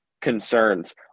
concerns